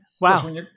Wow